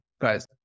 guys